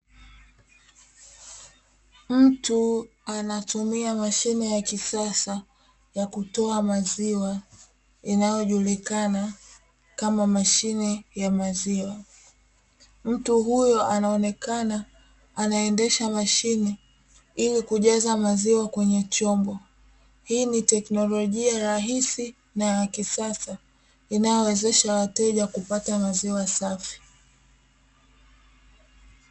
Mtu anatumia mashine ya kisasa ya kutoa maziwa yanayojulikana kama mashine ya maziwa, mtu huyo anaonekana anaendesha mashine ili kujaza maziwa kwenye chombo. Hii ni teknolojia rahisi na ya kisasa inayowezesha wateja kupata maziwa safi.